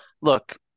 look